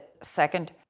second